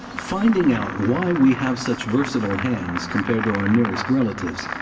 finding out why we have such versatile hands, compared to our nearest relatives,